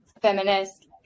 feminist